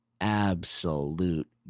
absolute